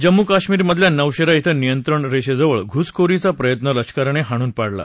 जम्मू काश्मीरमधल्या नवशेरा क्वें नियंत्रण रेषे जवळ घुसखोरीचा प्रयत्न लष्करानं हाणून पाडला